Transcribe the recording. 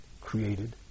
created